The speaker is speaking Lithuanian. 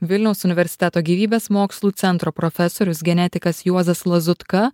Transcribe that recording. vilniaus universiteto gyvybės mokslų centro profesorius genetikas juozas lazutka